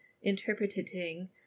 interpreting